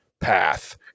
path